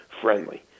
friendly